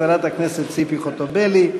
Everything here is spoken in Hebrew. חברת הכנסת ציפי חוטובלי,